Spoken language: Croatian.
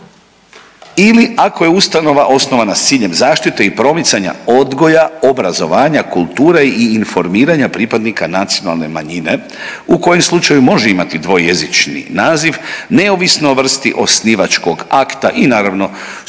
ili ako je ustanova osnovana s ciljem zaštite i promicanja odgoja, obrazovanja, kulture i informiranja pripadnika nacionalne manjine u kojem slučaju može imati dvojezični naziv neovisno o vrsti osnivačkog akta i naravno sukladno